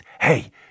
hey